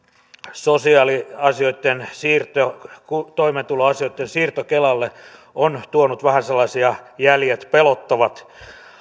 sosiaaliasioitten siirto toimeentuloasioitten siirto kelalle on tuonut vähän sellaisia jäljet pelottavat